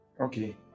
Okay